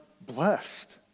blessed